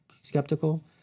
skeptical